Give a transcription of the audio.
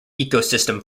ecosystem